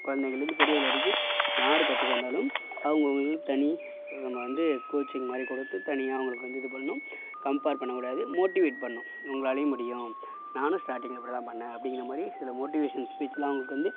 குழந்தைங்கலந்து பெரியவுங்கள் வரைக்கும் யார் கற்றுக்க வந்தாலும் அவங்கவுங்களுக்கு தனி நம்ம வந்து கோச்சிங் மாதிரி கொடுத்து தனியாக அவங்களுக்கு வந்து இது பண்ணணும் கம்பேர் பண்ணக்கூடாது மோட்டிவேட் பண்ணும் இவங்களாலையும் முடியும் நானும் ஸ்டார்டிங் இப்படி தான் பண்ணேன் அப்படிங்கிற மாதிரி சில மோட்டிவேஷன் ஸ்பீச்சுலாம் அவங்களுக்கு வந்து